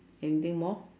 anything more